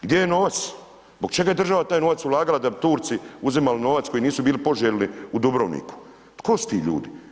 Gdje je novac, zbog čega je država taj novac ulagala, da bi Turci uzimali novac, koji nisu bili poželjni u Dubrovniku, tko su ti ljudi?